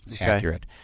accurate